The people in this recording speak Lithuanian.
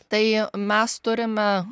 tai mes turime